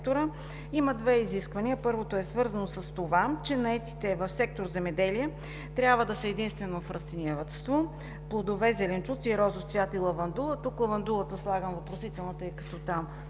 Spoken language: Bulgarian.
Има две изисквания. Първото е свързано с това, че наетите в сектор „Земеделие“ трябва да са единствено в растениевъдство, плодове, зеленчуци, розов цвят и лавандула. Тук на лавандулата слагам въпросителна, тъй като там